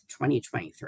2023